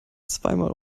zweimal